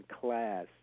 class